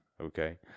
okay